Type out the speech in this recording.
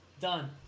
Done